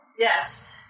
Yes